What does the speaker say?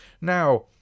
Now